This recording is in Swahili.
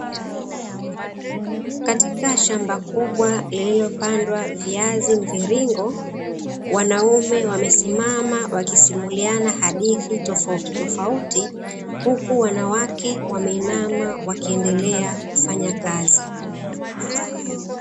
Katika shamba kubwa lililopandwa viazi mviringo, wanaume wamesimama wakisimuliana hadithi tofautitofauti, huku wanawake wameinama wakiendelea kufanya kazi.